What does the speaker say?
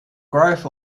growth